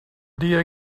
dia